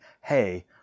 hey